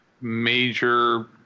major